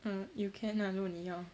mm you can ah 如果你要